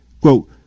Quote